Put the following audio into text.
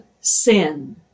sin